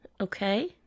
Okay